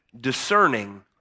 discerning